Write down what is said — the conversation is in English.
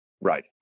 Right